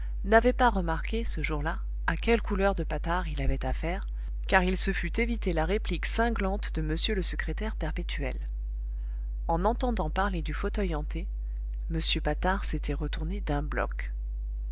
n'avait pas remarqué ce jour là à quelle couleur de patard il avait affaire car il se fût évité la réplique cinglante de m le secrétaire perpétuel en entendant parler du fauteuil hanté m patard s'était retourné d'un bloc